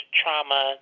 trauma